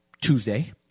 Tuesday